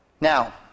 Now